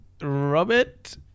Robert